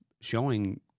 showing